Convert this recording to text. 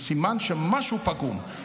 זה סימן שמשהו פגום.